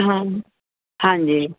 ਹਾਂ ਹਾਂਜੀ